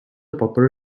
popular